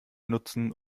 nutzen